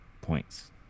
points